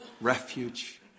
refuge